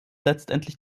letztendlich